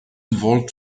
involved